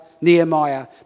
Nehemiah